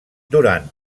durant